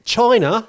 China